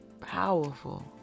powerful